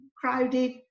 crowded